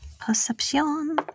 Perception